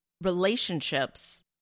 relationships